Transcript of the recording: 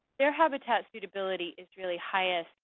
their habitat suitability is really highest